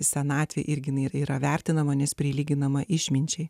senatvė irgi nėra vertinama nes prilyginama išminčiai